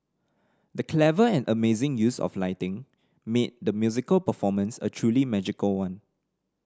the clever and amazing use of lighting made the musical performance a truly magical one